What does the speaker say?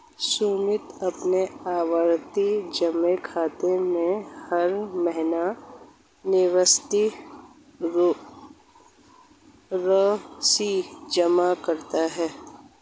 सुमित अपने आवर्ती जमा खाते में हर महीने निश्चित राशि जमा करता है